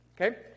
Okay